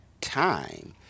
time